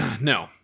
No